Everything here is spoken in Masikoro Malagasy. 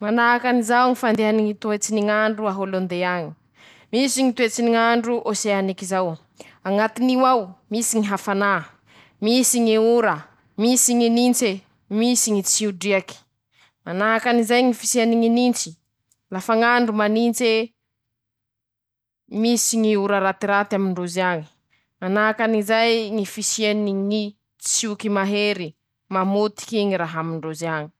Manahakan'izao ñy fandhany Ñy toetsy ny ñ'andro a Hôlôndé añy: Misy Ñy toetsy ny ñ'andro oseaniky zao, añatin'io ao misy ñy hafanà, misy ñy ora, misy ñy nintse, misy ñy tsiodriaky, manahakan'izay ñy fisiany ñy nintsy, lafa ñ'andro manintse, misy ñy ora ratiraty amindrozy añe, manahakan'izay ñy fisiany ñy tsioky mahery, mamotijy ñy raha amindroz.